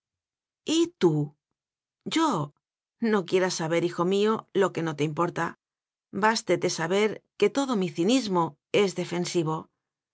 tú yo no quieras saber hijo mío lo que no te importa bástete saber que todo mi ci nismo es defensivo